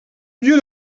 lieu